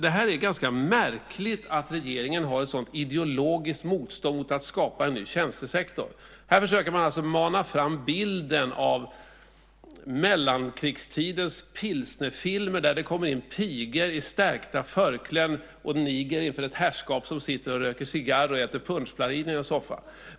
Det är ganska märkligt att regeringen har ett sådant ideologiskt motstånd mot att skapa en ny tjänstesektor. Här försöker man mana fram bilden av mellankrigstidens pilsnerfilmer där det kommer in pigor i stärkta förkläden och niger inför ett herrskap som sitter och röker cigarr och äter punschpraliner i en soffa.